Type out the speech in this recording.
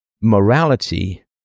morality